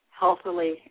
healthily